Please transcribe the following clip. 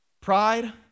pride